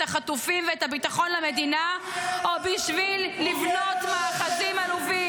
החטופים ואת הביטחון למדינה או בשביל לבנות מאחזים עלובים?